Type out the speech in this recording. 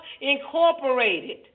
incorporated